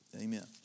Amen